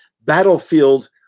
battlefield